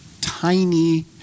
tiny